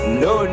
no